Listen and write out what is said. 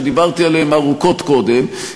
שדיברתי עליהם ארוכות קודם,